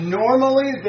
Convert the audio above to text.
normally